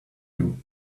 you